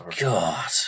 God